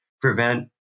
prevent